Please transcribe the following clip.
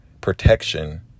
protection